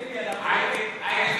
היידה ביבי.